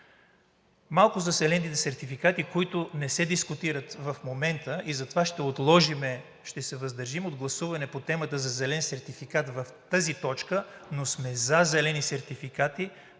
Малко за зелените сертификати, които не се дискутират в момента, и затова ще отложим, ще се въздържим от гласуване по темата за зелен сертификат в тази точка, но сме за зелени сертификати